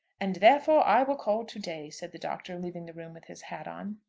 and therefore i will call to-day, said the doctor, leaving the room with his hat on.